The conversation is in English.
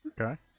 okay